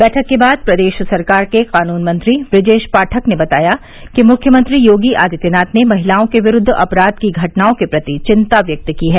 बैठक के बाद प्रदेश सरकार के कानून मंत्री ब्रजेश पाठक ने बताया कि मुख्यमंत्री योगी आदित्यनाथ ने महिलाओं के विरूद्व अपराध की घटनाओं के प्रति चिंता व्यक्त की है